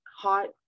hot